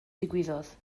ddigwyddodd